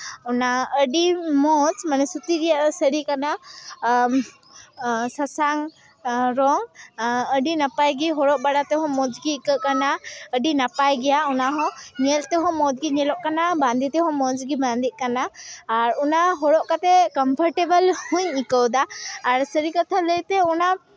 ᱚᱱᱟ ᱟᱹᱰᱤ ᱢᱚᱡᱽ ᱢᱟᱱᱮ ᱥᱩᱛᱤ ᱨᱮᱭᱟᱜ ᱥᱟᱹᱲᱤ ᱠᱟᱱᱟ ᱥᱟᱥᱟᱝ ᱨᱚᱝ ᱟᱹᱰᱤ ᱱᱟᱯᱟᱭ ᱜᱮ ᱦᱚᱨᱚᱜ ᱵᱟᱲᱟ ᱛᱮᱦᱚᱸ ᱢᱚᱡᱽ ᱜᱮ ᱟᱹᱭᱠᱟᱹᱜ ᱠᱟᱱᱟ ᱟᱹᱰᱤ ᱱᱟᱯᱟᱭ ᱜᱮᱭᱟ ᱚᱱᱟ ᱦᱚᱸ ᱧᱮᱞ ᱛᱮᱦᱚᱸ ᱢᱚᱡᱽ ᱜᱮ ᱧᱮᱞᱚᱜ ᱠᱟᱱᱟ ᱵᱟᱸᱫᱮ ᱛᱮᱦᱚᱸ ᱢᱚᱡᱽ ᱜᱮ ᱵᱟᱸᱫᱮᱜ ᱠᱟᱱᱟ ᱟᱨ ᱚᱱᱟ ᱦᱚᱨᱚᱜ ᱠᱟᱛᱮ ᱠᱚᱯᱷᱚᱴᱮᱵᱚᱞ ᱦᱚᱸᱧ ᱟᱹᱭᱠᱟᱹᱣᱮᱫᱟ ᱟᱨ ᱥᱟᱹᱨᱤ ᱠᱟᱛᱷᱟ ᱞᱟᱹᱭᱛᱮ ᱚᱱᱟ